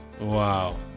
Wow